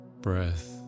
breath